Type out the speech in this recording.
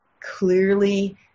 clearly